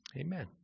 Amen